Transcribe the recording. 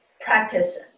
practice